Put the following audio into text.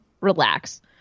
relax